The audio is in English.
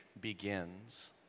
begins